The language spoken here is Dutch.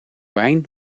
wijn